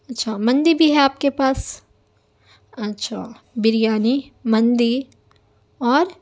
اچھا مندی بھی ہے آپ کے پاس اچھا بریانی مندی اور